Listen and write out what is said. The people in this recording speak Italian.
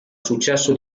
successo